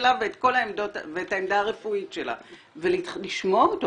שלה ואת העמדה הרפואית שלה ולשמוע אותו?